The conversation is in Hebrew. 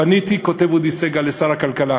"פניתי", כותב אודי סגל, "לשר הכלכלה,